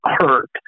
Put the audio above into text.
hurt